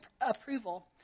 approval